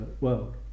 world